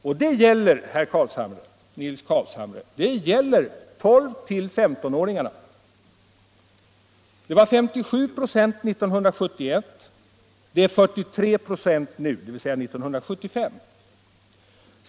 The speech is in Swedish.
Och, Nils Carlshamre, det gäller 12-15-åringarna. År 1971 var det 57 96 och 1975 var det 43 96.